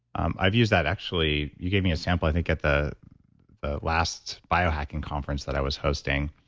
i've used that actually. you gave me a sample, i think, at the the last biohacking conference that i was hosting.